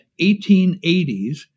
1880s